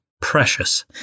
Precious